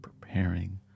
preparing